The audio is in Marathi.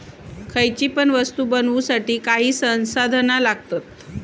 खयची पण वस्तु बनवुसाठी काही संसाधना लागतत